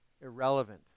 irrelevant